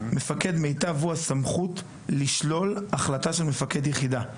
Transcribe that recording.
מפקד מיטב הוא הסמכות לשלול החלטה של מפקד יחידה.